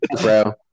bro